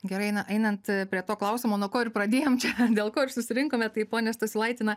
gerai eina einant prie to klausimo nuo ko ir pradėjom čia dėl ko ir susirinkome tai pone stasiulaiti na